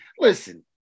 Listen